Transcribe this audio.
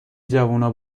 جوونا